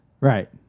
Right